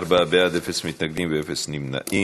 ארבעה בעד, אין מתנגדים ואין נמנעים.